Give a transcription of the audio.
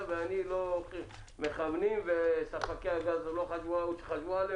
ואני לא מכוונים אליהן וספקי הגז לא חשבו עליהן.